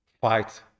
fight